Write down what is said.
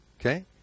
Okay